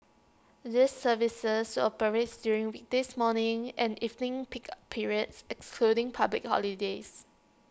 these services operates during weekdays morning and evening peak periods excluding public holidays